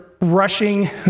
rushing